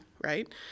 right